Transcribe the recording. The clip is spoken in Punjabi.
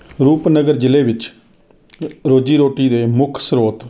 ਰੂਪਨਗਰ ਜ਼ਿਲ੍ਹੇ ਵਿੱਚ ਰੋਜ਼ੀ ਰੋਟੀ ਦੇ ਮੁੱਖ ਸ੍ਰੋਤ